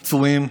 פצועים,